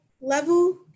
level